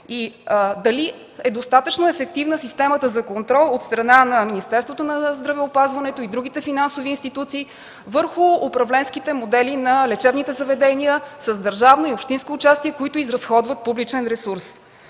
Дали е достатъчно ефективна системата за контрол от страна на Министерството на здравеопазването и другите финансови институции върху управленските модели на лечебните заведения с държавно и общинско участие, които изразходват публичен ресурс?